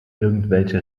irgendwelche